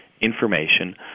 information